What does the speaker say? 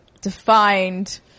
defined